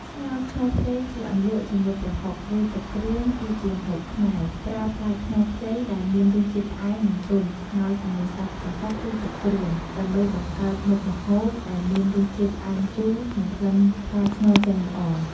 ស្ងោរខ្នុរខ្ចីជាអន្លក់ជាមួយប្រហុក ឬទឹកគ្រឿងគឺជាម្ហូបខ្មែរ ប្រើផ្លែខ្នុរខ្ចី ដែលមានរសជាតិផ្អែម និងទន់ ស្ងោរជាមួយសាច់ប្រហុក ឬទឹកគ្រឿង ដើម្បីបង្កើតមុខម្ហូបដែលមានរសជាតិផ្អែមជូរ និងក្លិនផ្លែខ្នុរចេញល្អ។